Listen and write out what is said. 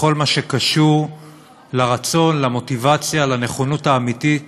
בכל מה שקשור לרצון, למוטיבציה, לנכונות האמיתית